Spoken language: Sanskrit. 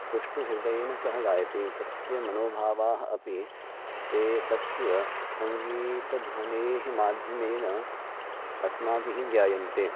सुष्ठु हृदयेन सः गायति तस्य मनोभावाः अपि ते तस्य सङ्गीतध्वनेः माध्यमेन अस्माभिः ज्ञायन्ते